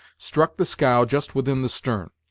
struck the scow just within the stern.